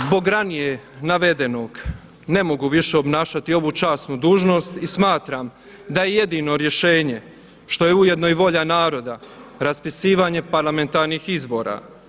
Zbog ranije navedenog ne mogu više obnašati ovu časnu dužnost i smatram da je jedino rješenje, što je ujedno i volja naroda raspisivanje parlamentarnih izbora.